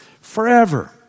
forever